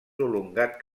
prolongat